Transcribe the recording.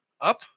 up